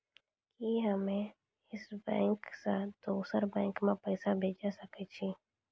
कि हम्मे इस बैंक सें दोसर बैंक मे पैसा भेज सकै छी?